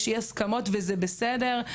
יש אי-הסכמות וזה בסדר.